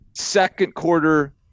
second-quarter –